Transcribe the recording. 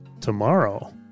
tomorrow